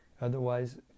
otherwise